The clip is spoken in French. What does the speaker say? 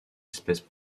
espèces